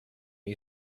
you